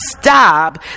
stop